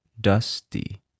dusty